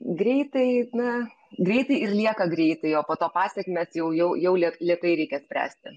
greitai na greitai ir lieka greitai o po to pasekmes jau jau jau lė lėtai reikia spręsti